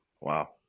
Wow